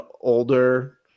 older